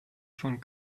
von